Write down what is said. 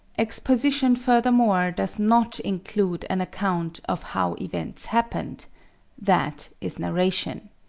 exposition furthermore does not include an account of how events happened that is narration.